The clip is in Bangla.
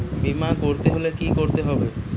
বিমা করতে হলে কি করতে হবে?